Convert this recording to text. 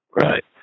Right